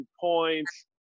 points